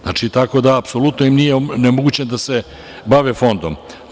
Znači, tako da apsolutno im nije onemogućeno da se bave fondom.